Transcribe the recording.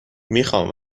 میخام